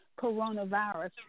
coronavirus